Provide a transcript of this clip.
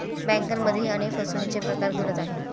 बँकांमध्येही अनेक फसवणुकीचे प्रकार घडत आहेत